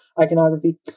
iconography